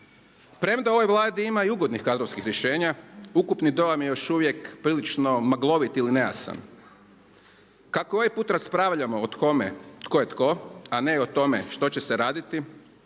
Premda u ovoj Vladi ima i ugodnih kadrovskih rješenja, ukupni dojam je još uvijek prilično maglovit ili nejasan. Kako ovaj put raspravljamo o kome tko je tko a ne i o tome što će se raditi,